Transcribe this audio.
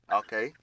okay